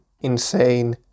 insane